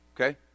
Okay